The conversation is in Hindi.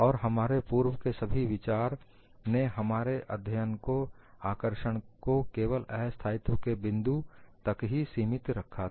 और हमारे पूर्व के सभी विचार ने हमारे अध्ययन के आकर्षण को केवल अस्थायित्व के बिंदु तक ही सीमित रखा था